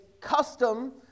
custom